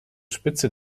spitze